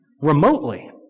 remotely